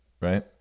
right